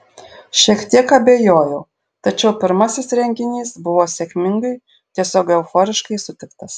šiek tiek abejojau tačiau pirmasis renginys buvo sėkmingai tiesiog euforiškai sutiktas